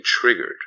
triggered